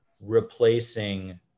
replacing